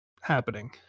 happening